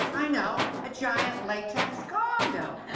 i know, a giant latex condom.